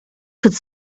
could